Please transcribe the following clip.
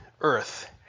earth